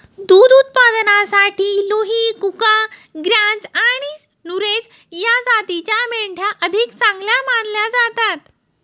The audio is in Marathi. दुध उत्पादनासाठी लुही, कुका, ग्राझ आणि नुरेझ या जातींच्या मेंढ्या अधिक चांगल्या मानल्या जातात